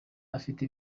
ifite